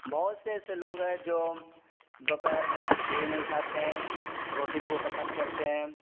بہت سے ایسے لوگ ہے جو دوپہر میں کھچڑی نہیں کھاتے ہیں روٹی کو پسند کرتے ہیں